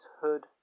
hood